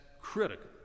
critical